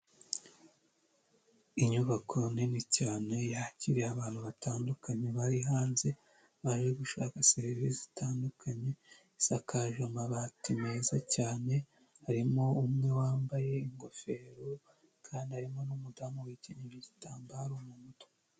Inyubako nini cyane, yakiriye abantu batandukanye bari hanze baje gushaka serivisi zitandukanye. Isakaje amabati meza cyane harimo umwe wambaye ingofero kandi harimo n' umudamu wikenyeye igitambaro mu mutwe.